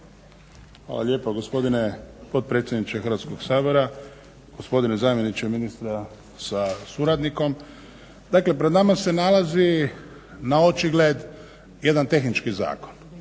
Hvala lijepa gospodine potpredsjedniče Hrvatskog sabora. Gospodine zamjeniče ministra sa suradnikom. Dakle pred nama se nalazi naočigled jedan tehnički zakon.